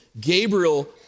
Gabriel